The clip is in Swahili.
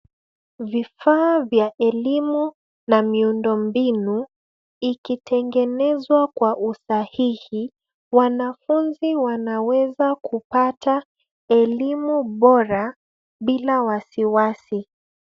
Vifaa vya elimu na miundombinu ikitengenezwa kwa usahihi wanafunzi wanaweza kupata elimu bora bila wasiwasi.